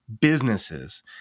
businesses